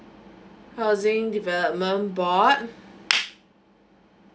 housing development board